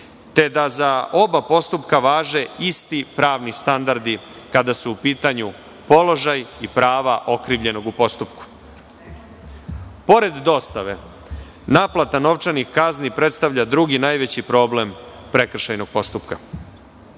te da za oba postupka važe isti pravni standardi, kada su u pitanju položaj i prava okrivljenog u postupku. Pored dostave, naplata novčanih kazni predstavlja drugi najveći problem prekršajnog postupka.